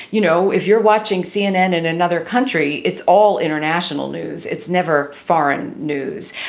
you know, if you're watching cnn and another country, it's all international news. it's never foreign news.